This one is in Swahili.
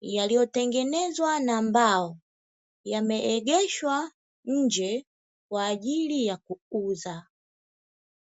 yaliyotengenezwa na mbao, yameegeshwa nje kwaajili ya kuuza.